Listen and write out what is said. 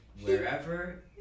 wherever